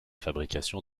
fabrication